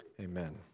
Amen